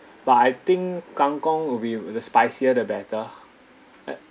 but I think kangkong will be the spicier the better right